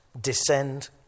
descend